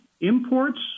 imports